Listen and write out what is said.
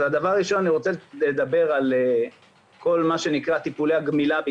דבר ראשון אני רוצה לדבר על טיפולי הגמילה,